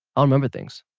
um remember things.